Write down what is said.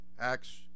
Acts